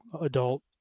adult